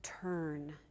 turn